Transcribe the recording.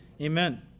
Amen